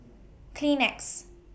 Kleenex